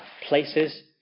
places